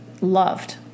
loved